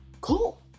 Cool